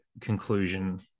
conclusion